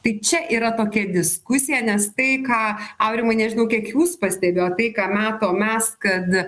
tai čia yra tokia diskusija nes tai ką aurimai nežinau kiek jūs pastebėjot tai ką matom mes kad